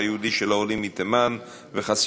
לסדר-היום: דימוי גוף אמיתי ובריא בקרב